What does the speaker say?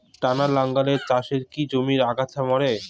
টানা লাঙ্গলের চাষে কি জমির আগাছা মরে?